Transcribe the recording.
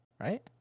right